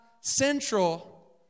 central